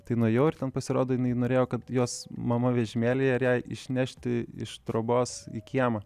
tai nuėjau ir ten pasirodo jinai norėjo kad jos mama vežimėlyje ją išnešti iš trobos į kiemą